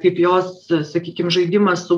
kaip jos sakykim žaidimas su